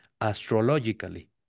astrologically